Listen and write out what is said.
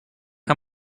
how